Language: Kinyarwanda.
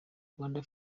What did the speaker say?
rwanda